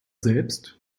selbst